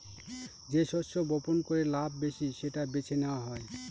যে শস্য বপন করে লাভ বেশি সেটা বেছে নেওয়া হয়